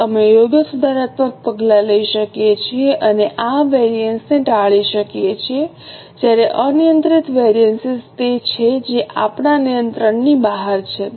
તેથી અમે યોગ્ય સુધારાત્મક પગલાં લઈ શકીએ છીએ અને આ વેરિએન્સ ને ટાળી શકીએ છીએ જ્યારે અનિયંત્રિત વેરિએન્સ તે છે જે આપણા નિયંત્રણથી બહાર છે